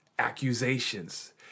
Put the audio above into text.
accusations